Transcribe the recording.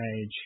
age